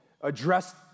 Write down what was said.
address